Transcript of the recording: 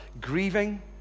grieving